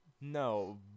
No